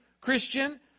Christian